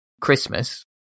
christmas